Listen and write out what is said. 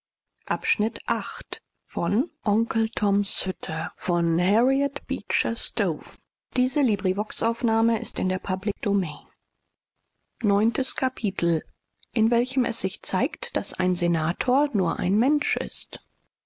neuntes kapitel worin es sich zeigt daß ein senator nur ein mensch ist